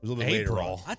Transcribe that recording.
April